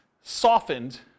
softened